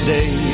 Day